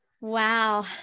Wow